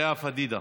לאה פדידה,